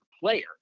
player